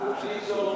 אני אמסור לו בשמכם.